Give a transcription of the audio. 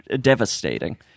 Devastating